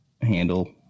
handle